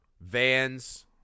vans